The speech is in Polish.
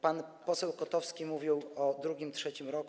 Pan poseł Kotowski mówił o drugim, trzecim roku.